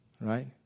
Right